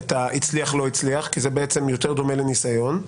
אם הצליח או לא הצליח, כי זה יותר דומה לניסיון.